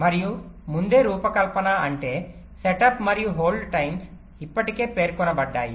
మరియు ముందే రూపకల్పన అంటే సెటప్ మరియు హోల్డ్ టైమ్స్ ఇప్పటికే పేర్కొనబడ్డాయి